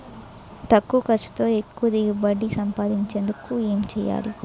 తక్కువ ఖర్చుతో ఎక్కువ దిగుబడి సాధించేందుకు ఏంటి చేయాలి?